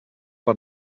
per